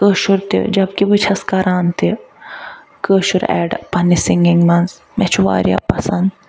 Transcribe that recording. کٲشُر تہِ جب کہِ بہٕ چھَس کَران تہِ کٲشُر اٮ۪ڈ پنٛنہِ سِنٛگِنٛگ منٛز مےٚ چھُ وارِیاہ پسنٛد